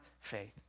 faith